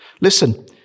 Listen